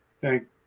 Thank